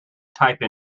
type